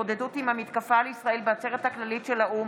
להתמודדות עם המתקפה על ישראל בעצרת הכללית של האו"ם.